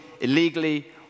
illegally